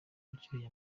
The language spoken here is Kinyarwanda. aryoheye